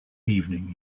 evening